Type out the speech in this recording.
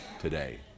today